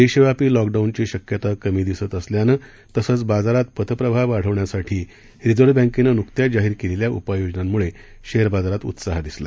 देशव्यापी लॉकडाऊनची शक्यता कमी दिसत असल्यानं तसंच बाजारात पतप्रवाह वाढवण्यासाठी रिझर्व्ह बँकेनं नुकत्याच जाहीर केलेल्या उपाय योजनांमुळे शेअर बाजारात उत्साह दिसला